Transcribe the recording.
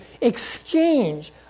exchange